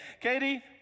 Katie